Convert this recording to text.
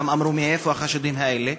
גם אמרו מאיפה החשודים האלה.